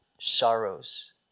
sorrows